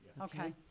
Okay